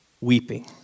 weeping